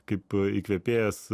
kaip įkvėpėjas